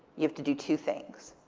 you have to do two things.